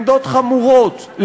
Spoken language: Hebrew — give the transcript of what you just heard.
לעמדות חמורות,